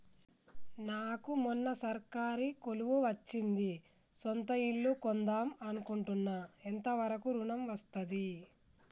నాకు మొన్న సర్కారీ కొలువు వచ్చింది సొంత ఇల్లు కొన్దాం అనుకుంటున్నా ఎంత వరకు ఋణం వస్తది?